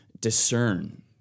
discern